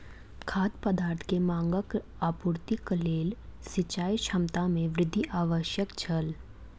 खाद्य पदार्थ के मांगक आपूर्तिक लेल सिचाई क्षमता में वृद्धि आवश्यक छल